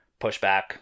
pushback